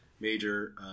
major